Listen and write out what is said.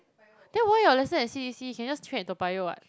then why your lesson at c_d_c can just train at Toa-Payoh what